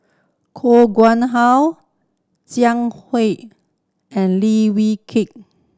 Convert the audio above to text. Koh Nguang How Jiang and Li Wee